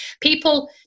people